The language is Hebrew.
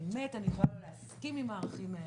אמת אני יכולה לא להסכים עם הערכים האלה,